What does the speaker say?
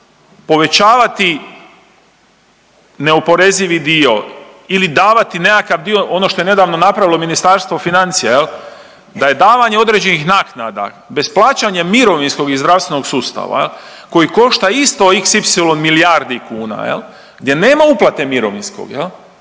povećavati neoporezivi dio ili davati nekakav dio ono što je nedavno napravilo Ministarstvo financija jel, da je davanje određenih naknada bez plaćanja mirovinskog i zdravstvenog sustava koji košta isto xy milijardi kuna jel, gdje nema uplate mirovinskog